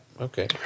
okay